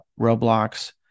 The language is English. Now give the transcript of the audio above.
Roblox